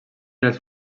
les